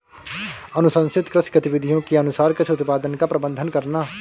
अनुशंसित कृषि गतिविधियों के अनुसार कृषि उत्पादन का प्रबंधन करना